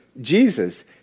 Jesus